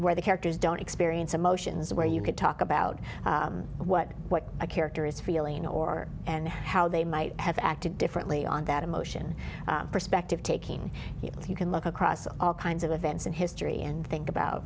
where the characters don't experience emotions where you could talk about what what a character is feeling or and how they might have acted differently on that emotion respect taking you so you can look across all kinds of events in history and think about